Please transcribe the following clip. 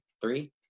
three